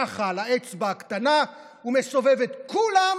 ככה, על האצבע הקטנה, הוא מסובב את כולם